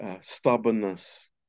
Stubbornness